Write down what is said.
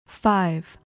Five